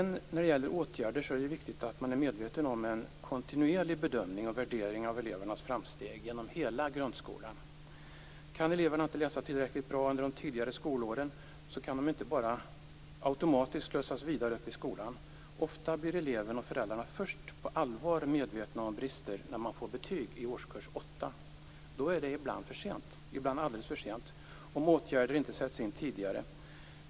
När det gäller åtgärder måste man vara medveten om vikten av en kontinuerlig bedömning och värdering av elevernas framsteg genom hela grundskolan. Om eleverna inte kan läsa tillräckligt bra under de tidigare skolåren kan de inte bara automatiskt slussas vidare upp i skolan. Ofta blir eleven och föräldrarna medvetna om brister på allvar först när det ges betyg i årskurs 8. Då är det ibland alldeles för sent, om åtgärder inte sätts in tidigare.